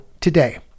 today